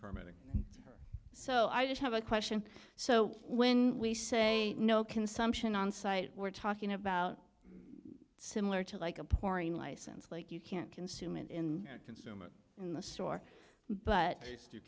permitting so i did have a question so when we say no consumption on site we're talking about similar to like a pouring license like you can't consume in a consumer in the store but you